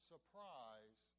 surprise